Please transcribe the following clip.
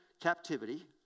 captivity